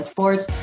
Sports